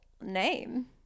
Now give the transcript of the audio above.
name